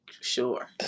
Sure